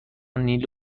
نیل